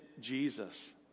Jesus